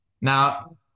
Now